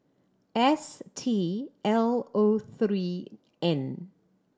S T L O three N